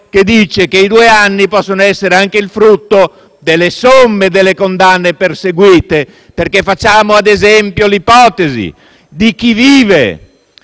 si dice che i due anni possono essere anche il frutto delle somme delle condanne perseguite. Facciamo - ad esempio - l'ipotesi di chi vive